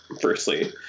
firstly